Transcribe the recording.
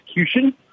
execution